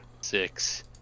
six